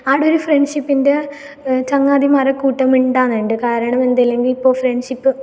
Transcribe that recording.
അവിടെ ഒരു ഫ്രെണ്ട്ഷിപ്പിൻ്റെ ചങ്ങാതിമാരെ കൂട്ട് മിണ്ടാനുണ്ട് കാരണം എന്തേലെങ്കി ഇപ്പം ഫ്രെൺഷിപ്പ്